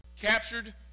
captured